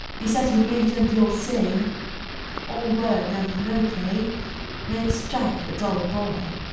he said he believed in the old saying all work and no play makes jack a dull boy.